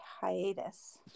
hiatus